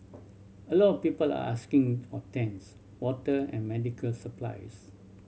a lot of people are asking for tents water and medical supplies